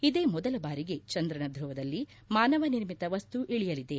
ಇದೇ ಮೊದಲ ಬಾರಿಗೆ ಚಂದ್ರನ ಧುವದಲ್ಲಿ ಮಾನವ ನಿರ್ಮಿತ ವಸ್ತು ಇಳಿಯಲಿದೆ